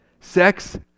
Sex